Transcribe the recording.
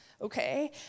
okay